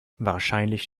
wahrscheinlich